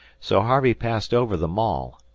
so harvey passed over the maul,